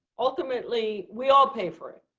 ultimately, we all pay for it.